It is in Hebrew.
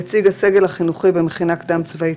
נציג הסגל החינוכי במכינה קדם צבאית